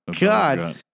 God